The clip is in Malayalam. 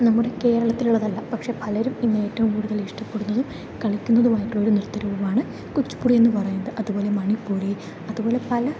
നമ്മുടെ കേരളത്തിലുള്ളതല്ല പക്ഷെ പലരും ഇന്നേറ്റവും കൂടുതൽ ഇഷ്ടപ്പെടുന്നതും കളിക്കുന്നതുമായിട്ടുള്ള നൃത്തരൂപമാണ് കുച്ചുപ്പുടി എന്ന് പറയുന്നത് അതുപോലെ മണിപ്പൂരി അതുപോലെ പല